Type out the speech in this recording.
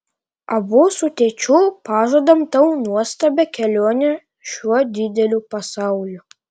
abu su tėčiu pažadam tau nuostabią kelionę šiuo dideliu pasauliu